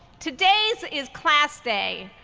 today is is class day.